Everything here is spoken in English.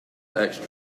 with